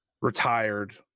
retired